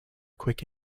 quick